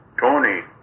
Tony